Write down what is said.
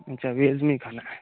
अच्छा वेज में ई खाना है